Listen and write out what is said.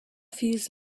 fuse